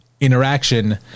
interaction